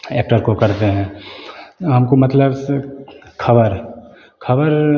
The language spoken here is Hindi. एक्टर को करते हैं हम को मतलब ख़बर ख़बर